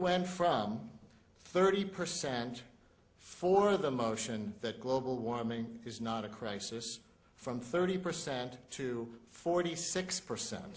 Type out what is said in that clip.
went from thirty percent for the motion that global warming is not a crisis from thirty percent to forty six percent